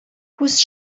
күз